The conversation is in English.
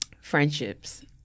friendships